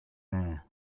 bare